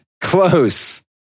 Close